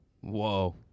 Whoa